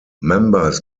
members